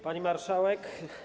Pani Marszałek!